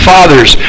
Fathers